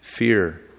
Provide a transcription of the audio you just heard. Fear